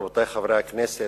רבותי חברי הכנסת,